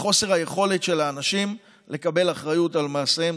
מחוסר היכולת של האנשים לקבל אחריות על מעשיהם.